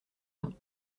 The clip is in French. main